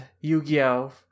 Yu-Gi-Oh